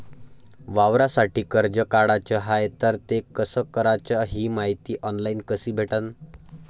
वावरासाठी कर्ज काढाचं हाय तर ते कस कराच ही मायती ऑनलाईन कसी भेटन?